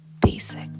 basic